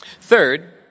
Third